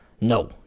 No